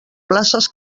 places